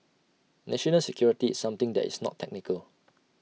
national security is something that is not technical